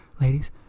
ladies